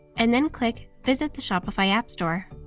and then click visit the shopify app store.